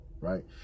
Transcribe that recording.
right